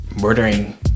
murdering